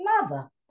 mother